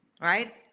right